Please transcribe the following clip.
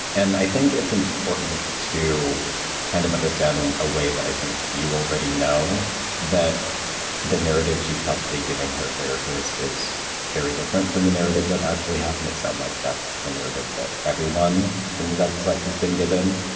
and i think it's important to kind of understand in a way that i think you already know that the narrative she's probably giving her therapist is very different from the narrative. what actually happened? it sounds like that's the narrative that everyone and your guy's life has been given.